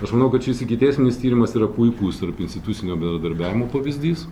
aš manau kad šis ikiteisminis tyrimas yra puikus tarpinstitucinio bendradarbiavimo pavyzdys